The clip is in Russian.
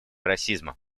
расизма